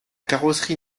carrosserie